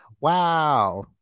Wow